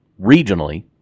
regionally